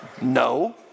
No